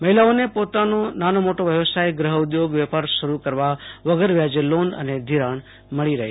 મહિલાઓને પોતાનો નાનો મોટી વ્યવસાય ગૃહ ઉ ધોગ વેપાર શરૂ કરવા વગર વ્યાજે લોન ધિરાણ મળો રહશે